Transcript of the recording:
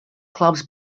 clubs